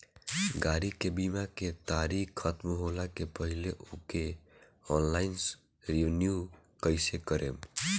गाड़ी के बीमा के तारीक ख़तम होला के पहिले ओके ऑनलाइन रिन्यू कईसे करेम?